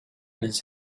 his